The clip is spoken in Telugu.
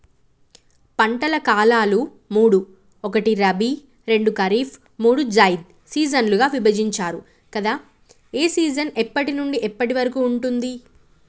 పంటల కాలాలు మూడు ఒకటి రబీ రెండు ఖరీఫ్ మూడు జైద్ సీజన్లుగా విభజించారు కదా ఏ సీజన్ ఎప్పటి నుండి ఎప్పటి వరకు ఉంటుంది?